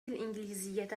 الإنجليزية